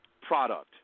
product